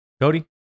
Cody